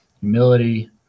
humility